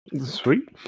Sweet